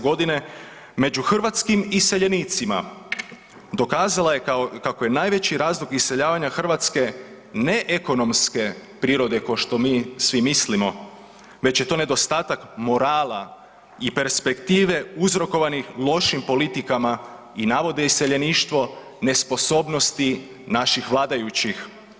Godine među hrvatskim iseljenicima dokazala je kako je najveći razlog iseljavanja Hrvatske ne ekonomske prirode kao što svi mi mislimo, već je to nedostatak morala i perspektive uzrokovanih lošim politikama i navodi iseljeništvo nesposobnosti naših vladajućih.